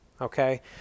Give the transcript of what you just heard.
okay